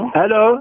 hello